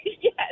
Yes